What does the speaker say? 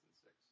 six